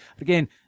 Again